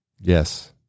Yes